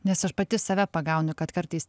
nes aš pati save pagaunu kad kartais